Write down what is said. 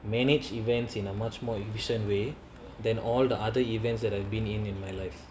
manage events in a much more efficient way than all the other events that I've been in in my life